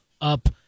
up